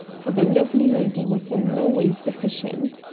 for the lovely lady was in no way sufficient.